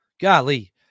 Golly